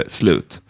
slut